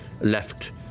left